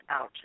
out